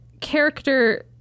character